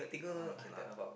that one okay lah